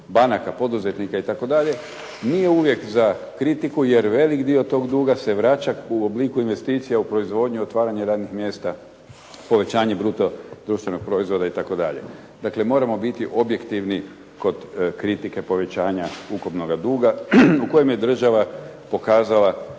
banaka, poduzetnika itd. nije uvijek za kritiku jer velik dio tog duga se vraća u obliku investicija u proizvodnju i otvaranje radnih mjesta, povećanje bruto društvenog proizvoda itd. Dakle, moramo biti objektivni kod kritike povećanja ukupnoga duga u kojem je država pokazala